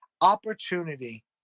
opportunity